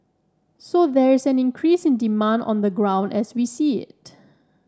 so there is an increase in demand on the ground as we see it